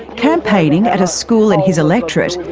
campaigning at a school in his electorate,